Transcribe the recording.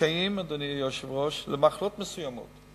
אדוני היושב-ראש, עושות קשיים במחלות מסוימות,